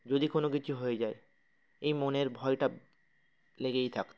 যদি কোনো কিছু হয়ে যায় এই মনের ভয়টা লেগেই থাকত